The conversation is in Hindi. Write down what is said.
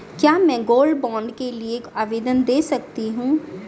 क्या मैं गोल्ड बॉन्ड के लिए आवेदन दे सकती हूँ?